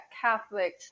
Catholic